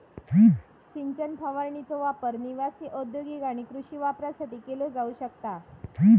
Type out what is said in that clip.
सिंचन फवारणीचो वापर निवासी, औद्योगिक आणि कृषी वापरासाठी केलो जाऊ शकता